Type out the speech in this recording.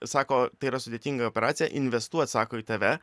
sako tai yra sudėtinga operacija investuot sako į tave